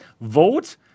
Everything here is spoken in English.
vote